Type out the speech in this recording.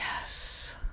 Yes